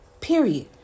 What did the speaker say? Period